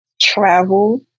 travel